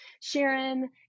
Sharon